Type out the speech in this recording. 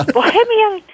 Bohemian